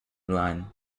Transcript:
line